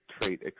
trait